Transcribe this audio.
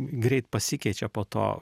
greit pasikeičia po to